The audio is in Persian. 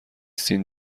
سین